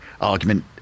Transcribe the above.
argument